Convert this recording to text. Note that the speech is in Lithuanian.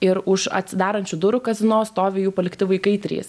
ir už atsidarančių durų kazino stovi jų palikti vaikai trys